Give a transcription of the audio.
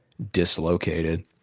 dislocated